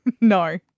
No